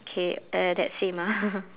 okay uh that's same ah